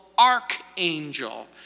archangel